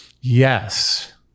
Yes